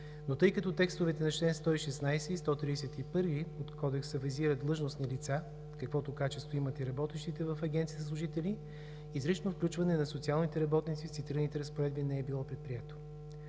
но тъй като текстовете на чл. 116 и чл. 131 от Кодекса визира „длъжностни лица“, каквото качество имат и работещите в Агенцията служители, изрично включване на социалните работници в цитираните разпоредби не е било предприето.